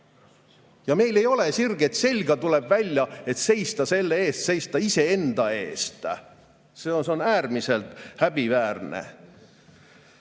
Ja meil ei ole sirget selga, tuleb välja, et seista selle eest, seista iseenda eest. See on äärmiselt häbiväärne. Tegelikult